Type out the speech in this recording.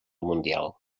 mundial